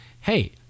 hey